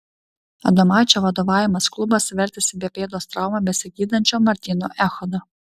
adomaičio vadovaujamas klubas vertėsi be pėdos traumą besigydančio martyno echodo